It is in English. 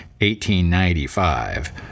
1895